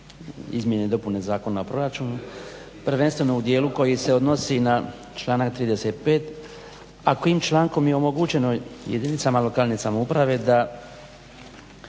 izmjene i dopune Zakona o proračunu, prvenstveno u dijelu koji se odnosi na članak 35., a kojim člankom je omogućeno jedinicama lokalne samouprave da